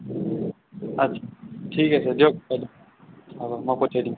আচ্ছা ঠিক আছে দিয়ক হ হ'ব মই পঠিয়াই দিম